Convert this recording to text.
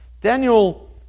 Daniel